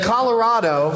Colorado